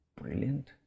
brilliant